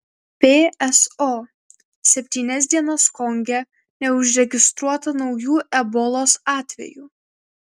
pso septynias dienas konge neužregistruota naujų ebolos atvejų